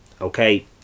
Okay